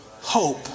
hope